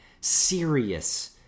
serious